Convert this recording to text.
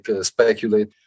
speculate